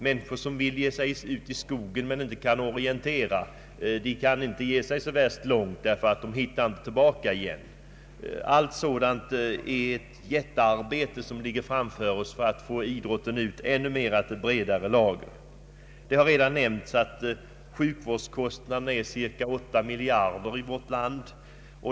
Människor som vill ge sig ut i skog och mark men inte kan orientera vågar inte gå så långt in i skogen därför att de är rädda att inte hitta tillbaka. Vi har ett jättearbete framför oss för att få ut idrotten till allt bredare lager. Det har redan nämnis att sjukvårdskostnaderna uppgår till cirka 8 miljarder kronor i vårt land.